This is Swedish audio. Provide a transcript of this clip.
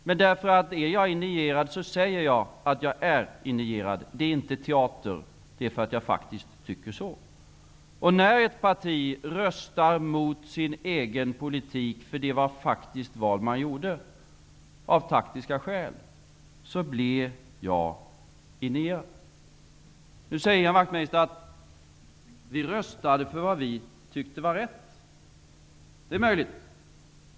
Men är jag indignerad, säger jag att jag är indignerad. Det är inte teater. Det gör jag därför att jag faktiskt är det. När ett parti röstar mot sin egen politik av taktiska skäl -- det var vad man gjorde -- blir jag indignerad. Nu säger Ian Wachtmeister: Vi röstade för vad vi tyckte var rätt. Det är möjligt.